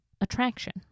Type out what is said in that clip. attraction